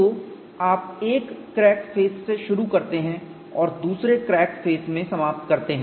तो आप एक क्रैक फेस से शुरू करते हैं और दूसरे क्रैक फेस में समाप्त करते हैं